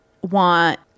want